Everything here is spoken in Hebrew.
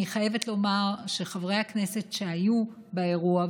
אני חייבת לומר שחברי הכנסת שהיו באירוע,